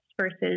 versus